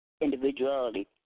individuality